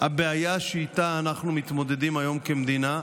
הבעיה שאיתה אנחנו מתמודדים היום כמדינה.